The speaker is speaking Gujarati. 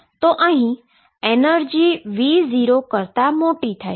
તો અહીં એનર્જી V0 કરતાં મોટી થાય છે